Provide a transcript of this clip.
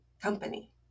company